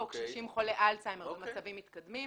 או קשישים חולי אלצהיימר במצבים מתקדמים,